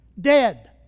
Dead